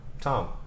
Tom